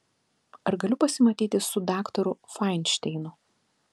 ar galiu pasimatyti su daktaru fainšteinu